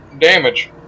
damage